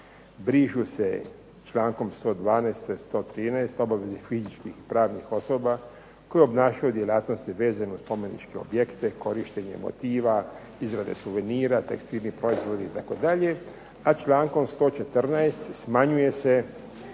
brišu se člankom 112. tj 113. obavezi fizičkih i pravnih osoba koje obnašaju djelatnosti vezano uz spomeničke objekte, korištenjem motiva, izrade suvenira, tekstilni proizvodi itd. A člankom 114. smanjuje se